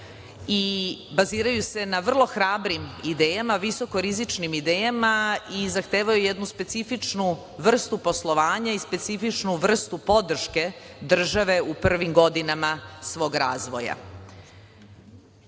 i baziraju se na vrlo hrabrim idejama, visokorizičnim idejama i zahtevaju jednu specifičnu vrstu poslovanja i specifičnu vrstu podrške države u prvim godinama svog razvoja. Naravno,